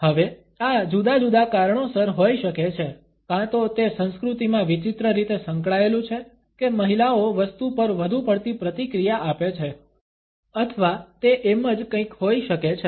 હવે આ જુદા જુદા કારણોસર હોઈ શકે છે કાં તો તે સંસ્કૃતિમાં વિચિત્ર રીતે સંકળાયેલું છે કે મહિલાઓ વસ્તુ પર વધુ પડતી પ્રતિક્રિયા આપે છે અથવા તે એમ જ કંઇક હોઈ શકે છે